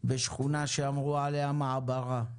בשכונה שאמרו עליה מעברה.